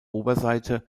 oberseite